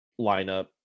lineup